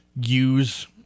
use